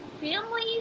family